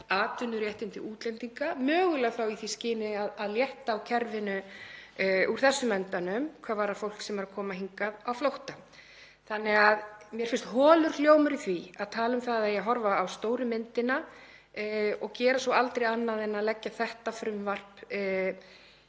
atvinnuréttindi útlendinga, mögulega þá í því skyni að létta á kerfinu af þessum enda hvað varðar fólk sem er að koma hingað á flótta. Því finnst mér holur hljómur í því að tala um að horfa eigi á stóru myndina og gera svo aldrei annað en að leggja þetta frumvarp